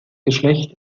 geschlecht